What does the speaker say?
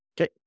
Okay